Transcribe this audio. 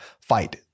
fight